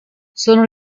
sono